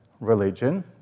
religion